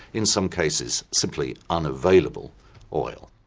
in some cases, simply unavailable oil.